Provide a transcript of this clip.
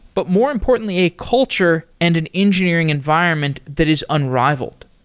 but more importantly a culture and an engineering environment that is unrivaled.